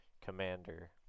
commander